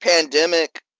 pandemic